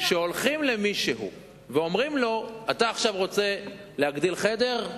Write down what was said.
כשהולכים למישהו ואומרים לו: אתה עכשיו רוצה להגדיל חדר?